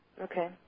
Okay